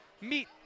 meet